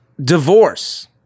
Divorce